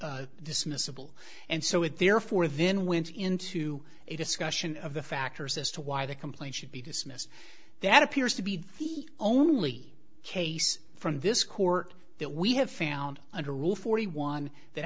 dismissible and so it therefore then went into a discussion of the factors as to why the complaint should be dismissed that appears to be the only case from this court that we have found under rule forty one that